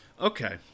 Okay